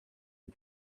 the